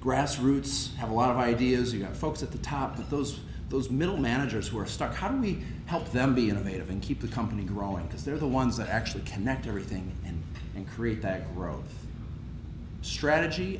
grassroots have a lot of ideas you have folks at the top of those those middle managers who are stuck how do we help them be innovative and keep the company growing because they're the ones that actually connect everything and create that growth strategy